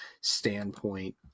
standpoint